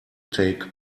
take